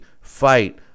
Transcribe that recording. fight